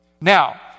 now